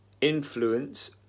influence